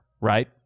right